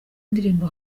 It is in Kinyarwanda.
ndirimbo